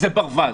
זה ברווז.